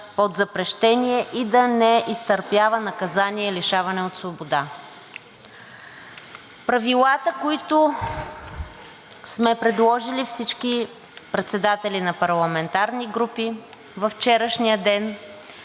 под запрещение и да не изтърпява наказание „лишаване от свобода“. Правилата, които сме предложили всички председатели на парламентарни групи във вчерашния ден